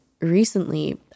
recently